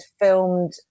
filmed